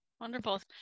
Wonderful